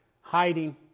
hiding